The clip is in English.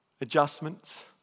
adjustments